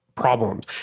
problems